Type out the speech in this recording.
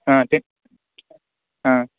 ஆ ஆ